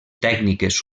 tècniques